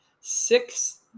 six